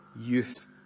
Youth